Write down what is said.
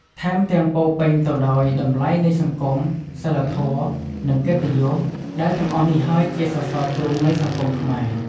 ថែមទាំង ពោរពេញទៅដោយតម្លៃនៃសង្គម សីលធម៌ និងកិត្តិយស ដែលទាំងអស់នេះហើយជាសរសរទ្រូងនៃសង្គមខ្មែរ។